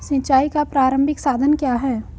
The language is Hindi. सिंचाई का प्रारंभिक साधन क्या है?